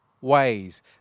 ways